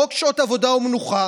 חוק שעות עבודה ומנוחה,